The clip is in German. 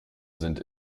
sind